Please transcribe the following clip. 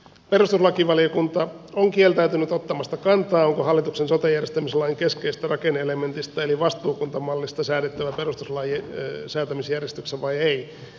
perustuslakivaliokunta on kieltäytynyt ottamasta kantaa onko hallituksen sote järjestämislain keskeisestä rakenne elementistä eli vastuukuntamallista säädettävä perustuslain säätämisjärjestyksessä vai ei